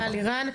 תודה לירן.